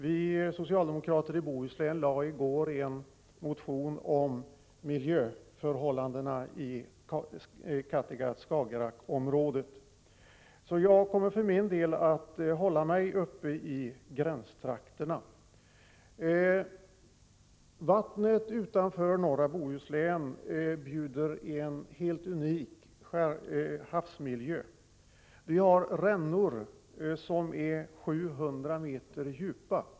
Vi socialdemokrater i Bohuslän väckte i går en motion om miljöförhållandena i Kattegatt-Skagerrak-området. Jag kommer för min del att hålla mig till gränstrakterna. Vattnen utanför norra Bohusläns kust bjuder en helt unik havsmiljö. Vi har rännor som är 700 meter djupa.